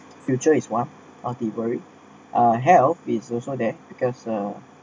future is one artillery ah health it's also that because uh